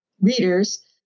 readers